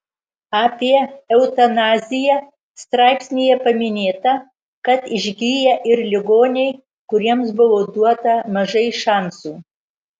apie eutanaziją straipsnyje paminėta kad išgyja ir ligoniai kuriems buvo duota mažai šansų